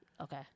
Okay